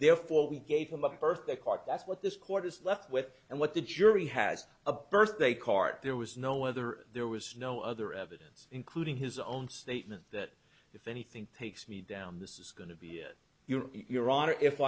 therefore we gave them a birthday card that's what this court is left with and what the jury has a birthday card there was no whether there was no other evidence including his own statement that if anything takes me down this is going to be your your honor if